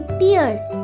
tears